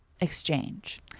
exchange